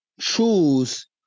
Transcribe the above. choose